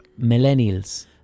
Millennials